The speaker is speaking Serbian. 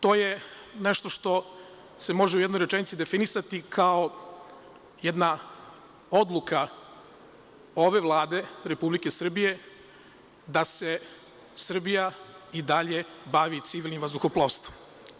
To je nešto što se može u jednoj rečenici definisati kao jedna odluka ove Vlade Republike Srbije da se Srbija i dalje bavi civilnim vazduhoplovstvom.